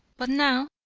but now,